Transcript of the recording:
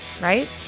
right